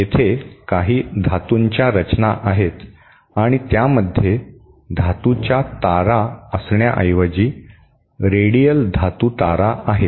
येथे काही धातूंच्या रचना आहेत आणि त्यामध्ये धातूच्या तारा असण्याऐवजी रेडियल धातू तारा आहेत